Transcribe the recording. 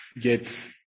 get